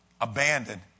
abandoned